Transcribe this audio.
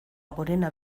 gorena